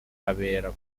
abera